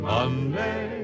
Monday